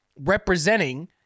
representing